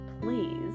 Please